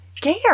care